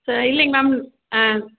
ச இல்லைங்க மேம் ஆ